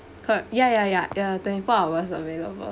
cor~ ya ya ya ya twenty four hours available